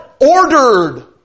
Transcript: ordered